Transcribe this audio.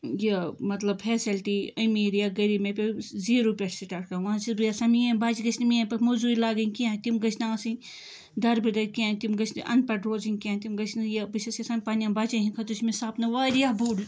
یہِ مطلب فیسَلٹی امیٖر یا غریٖب مےٚ پیو زیٖرو پٮ۪ٹھٕ سِٹاٹ کَرُن وۄنۍ چھس بہٕ یژھان میٲنۍ شُرۍ گٔژھنہٕ میٲنۍ پٲٹھۍ موٚزوٗرِ لَگٕنۍ کیٚنٛہہ تِم گٔژھنہٕ آسٕنۍ دَربٕدٔرۍ کیٚنٚہہ تِم گٔژھنہٕ اَنپڑ روزٕنۍ کیٚنٛہہ تِم گٔژھنہٕ یہِ بہٕ چھس یژھان پَننٮ۪ن بَچن ہٕندۍ خٲطرٕ چھُ مےٚ سَپنہٕ واریاہ بوٚڈ